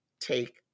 take